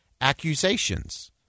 accusations